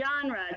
genre